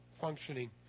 functioning